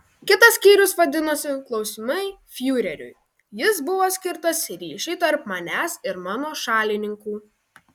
kitas skyrius vadinosi klausimai fiureriui jis buvo skirtas ryšiui tarp manęs ir mano šalininkų